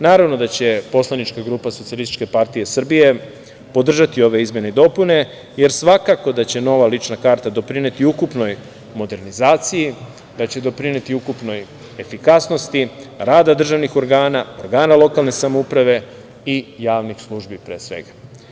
Naravno da će poslanička grupa Socijalističke partije Srbije podržati ove izmene i dopune, jer svakako da će nova lična karta doprineti ukupnoj modernizaciji, da će doprineti ukupnoj efikasnosti rada državnih organa, organa lokalne samouprave i javnih službi, pre svega.